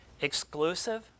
Exclusive